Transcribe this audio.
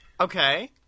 okay